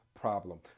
problem